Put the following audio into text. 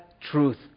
truth